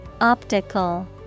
Optical